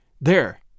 There